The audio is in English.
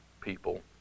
people